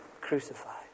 crucified